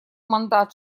мандат